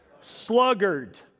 sluggard